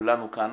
לכולנו כאן,